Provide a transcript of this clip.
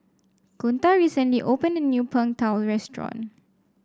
Kunta recently opened a new Png Tao Restaurant